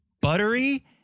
buttery